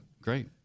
Great